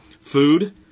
food